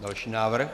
Další návrh.